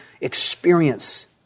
experience